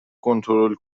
کنترل